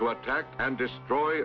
to attack and destroy